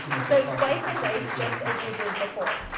so, slice and dice just as you did before.